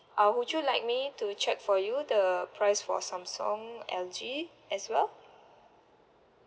uh would you like me to check for you the price for Samsung L_G as well